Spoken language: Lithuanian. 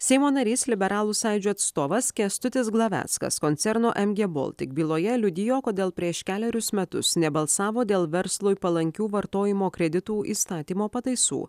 seimo narys liberalų sąjūdžio atstovas kęstutis glaveckas koncerno mg baltic byloje liudijo kodėl prieš kelerius metus nebalsavo dėl verslui palankių vartojimo kreditų įstatymo pataisų